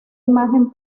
imagen